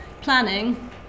planning